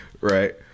Right